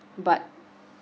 but